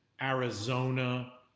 Arizona